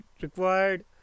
required